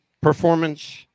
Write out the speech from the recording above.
performance